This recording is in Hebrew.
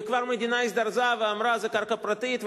וכבר המדינה הזדרזה ואמרה: זאת קרקע פרטית,